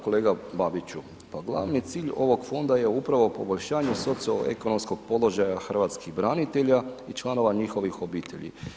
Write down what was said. Kolega Babiću, pa glavni cilj ovog Fonda je upravo poboljšanje socio-ekonomskog položaja hrvatskih branitelja i članova njihovih obitelji.